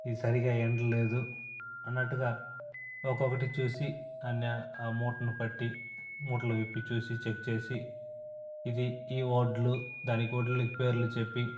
ఇది సరిగా ఎండలేదు అన్నట్టుగా ఒక్కొకటి చూసి అనే ఆ మూటని పట్టి మూటలు విప్పి చూసి చెక్ చేసి ఇది ఈ వడ్లు దానికి పేర్లు చెప్పి